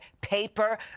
paper